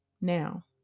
now